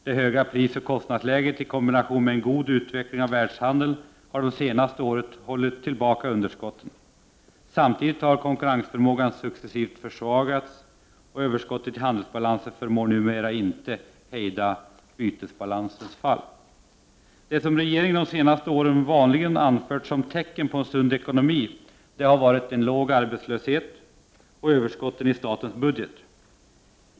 Det höga prisoch kostnadsläget i kombination med en god utveckling av världshandeln har de senaste åren hållit tillbaka underskotten. Samtidigt har konkurrensförmågan successivt försvagats. Överskottet i handelsbalansen förmår numera inte hejda bytesbalansens fall. Det som regeringen de senaste åren vanligen anfört som tecken på en sund ekonomi har varit en låg arbetslöshet och överskotten i statens budget.